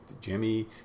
Jimmy